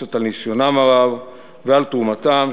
המבוססת על ניסיונם הרב ועל תרומתם,